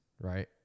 right